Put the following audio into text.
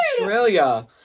Australia